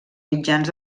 mitjans